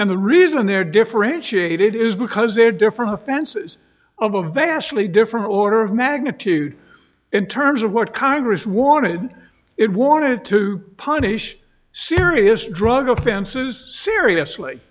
and the reason they're differentiated is because they're different offenses of a vastly different order of magnitude in terms of what congress wanted it wanted to punish serious drug offenses seriously